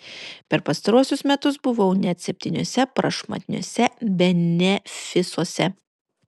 per pastaruosius metus buvau net septyniuose prašmatniuose benefisuose